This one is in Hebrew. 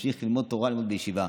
להמשיך ללמוד תורה בישיבה,